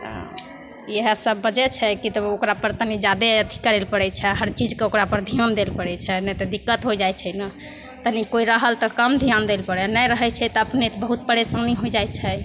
इएहसब वजह छै कि तब ओकरापर तनि जादे अथी करै ले पड़ै छै हर चीजके ओकरापर धिआन दै ले पड़ै छै नहि तऽ दिक्कत हो जाइ छै ने तनि कोइ रहल तऽ कम धिआन दै ले पड़ै नहि रहै छै तऽ अपने तऽ बहुत परेशानी हो जाइ छै